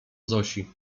zosi